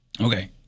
Okay